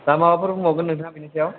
दा माबाफोर बुंबावगोन नोंथाङा बेनि सायाव